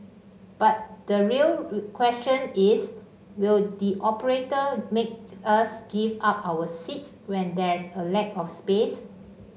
but the real question is will the operator make us give up our seats when there's a lack of space